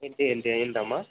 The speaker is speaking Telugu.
ఏంటి ఏంటి ఏంటమ్మా